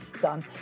done